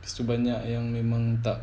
so banyak yang memang tak